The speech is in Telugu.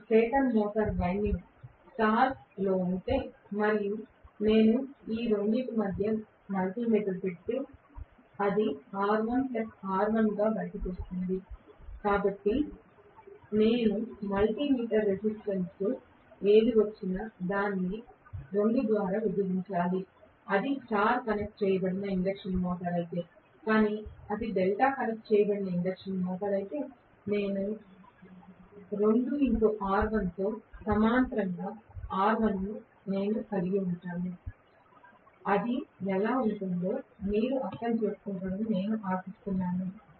నా స్టేటర్ వైండింగ్ నక్షత్రంలో ఉంటే మరియు నేను ఈ 2 మధ్య మల్టీ మీటర్ పెడితే అది R1 R1 గా బయటకు వస్తుంది కాబట్టి నేను మల్టీ మీటర్ రెసిస్టెన్స్గా ఏది వచ్చినా దాన్ని 2 ద్వారా విభజించాలి అది స్టార్ కనెక్ట్ చేయబడిన ఇండక్షన్ మోటర్ అయితే కానీ అది డెల్టా కనెక్ట్ చేయబడిన ఇండక్షన్ మోటర్ అయితే నేను 2 R1 తో సమాంతరంగా R1 ను కలిగి ఉంటాను అది ఎలా ఉంటుందో మీరు అర్థం చేసుకుంటారని నేను ఆశిస్తున్నాను